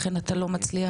לכן אתה לא מצליח.